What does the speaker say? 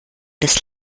des